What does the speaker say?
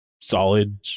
solid